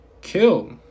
kill